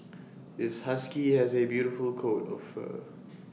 this husky has A beautiful coat of fur